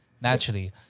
naturally